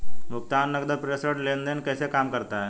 भुगतान नकद प्रेषण लेनदेन कैसे काम करता है?